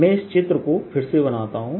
मैं इस चित्र को फिर से बनाता हूँ